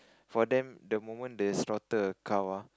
for them the moment they slaughter a cow ah